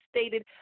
stated